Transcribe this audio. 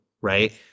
Right